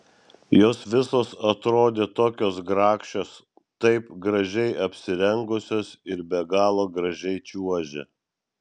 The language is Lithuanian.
jos visos atrodė tokios grakščios taip gražiai apsirengusios ir be galo gražiai čiuožė